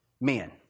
men